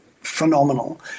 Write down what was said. phenomenal